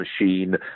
machine